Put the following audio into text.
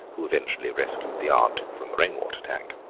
who eventually rescued the aunt from the rain-water tank.